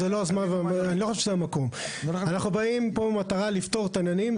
אנחנו באים לפה במטרה לפתור את העניינים.